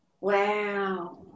Wow